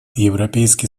европейский